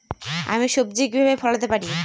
আমি সবজি কিভাবে ফলাতে পারি?